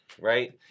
right